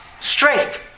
straight